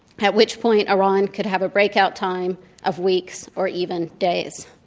at which point iran could have a breakout time of weeks or even days.